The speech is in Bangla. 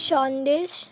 সন্দেশ